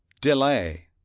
Delay